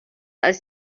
als